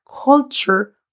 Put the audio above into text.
culture